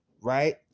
right